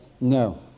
No